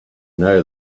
know